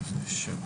אוקיי.